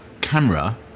camera